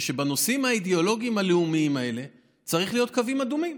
ובנושאים האידיאולוגיים הלאומיים האלה צריכים להיות קווים אדומים.